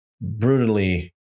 brutally